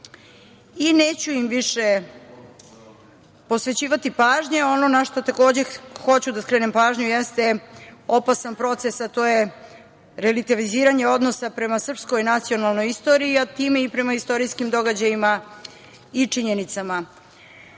Neću im više posvećivati pažnju. Ono na šta takođe hoću da skrenem pažnju jeste opasan proces, a to je revitaliziranje odnosa prema srpskoj nacionalnoj istoriji, a time i prema istorijskim događajima i činjenicama.